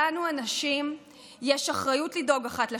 לנו הנשים יש אחריות לדאוג אחת לשנייה,